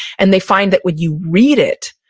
and they find that when you read it,